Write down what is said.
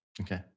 Okay